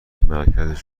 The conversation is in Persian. مرکز